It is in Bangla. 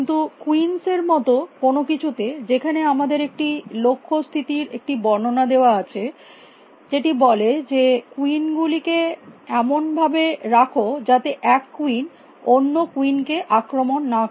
কিন্তু কুইন্স এর মত কোনো কিছু তে যেখানে আমাদের একটি লক্ষ্য স্থিতির একটি বর্ণনা দেওয়া আছে যেটি বলে যে কুইন গুলিকে এমন ভাবে রাখো যাতে এক কুইন অন্য কুইন কে আক্রমণ না করে